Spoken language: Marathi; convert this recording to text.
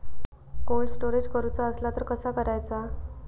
कोल्ड स्टोरेज करूचा असला तर कसा करायचा?